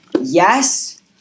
yes